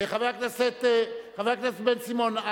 חבר הכנסת בן-סימון,